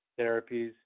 therapies